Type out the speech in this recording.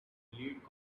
lead